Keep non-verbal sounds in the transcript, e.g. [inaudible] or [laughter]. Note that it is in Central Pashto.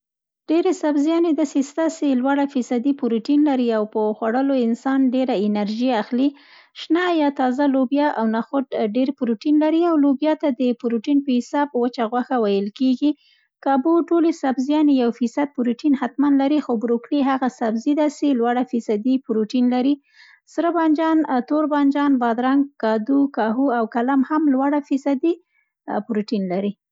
ډېرې داسې سبزیانې سته سي لوړه فیصدي پروټین لري او په خوړلو یې انسان ډېره انرژي اخلي. [noise] شنه یا تازه لوبیا او نخود ډېر پروټین لري او لوبیا ته د پروټين په حساب وچه غوښه ویل کېږي. کابو ټولې سبزیانې یو فیصد پروټین حتمن لري خو بروکلي هغه سبزي ده، سي لوړه فیصدي پروټین لري. سره بانجان، تور بانجان، بادرنګ، کدو، کاهو او کلم هم لوړه فیصدي پروټین لري.